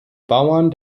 bauern